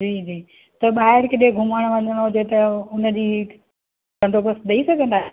जी जी त ॿाहिरि किथे घुमणु वञणो हुजे त हुनजी बंदोबस्तु ॾेई सघंदा